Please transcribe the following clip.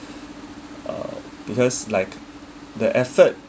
uh because like the effort